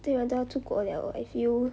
既然都要出国了 I feel